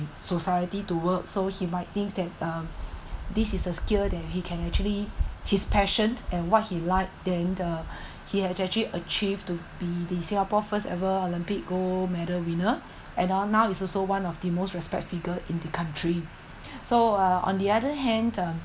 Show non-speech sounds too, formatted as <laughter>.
society to work so he might thinks that uh this is a skill that he can actually his passion and what he liked then uh he had actually achieve to be the singapore first ever olympic gold medal winner and are now is also one of the most respect figure in the country <breath> so uh on the other hand uh